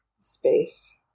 space